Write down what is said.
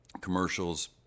commercials